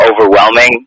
overwhelming